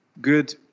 good